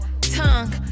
tongue